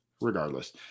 Regardless